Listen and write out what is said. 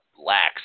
lax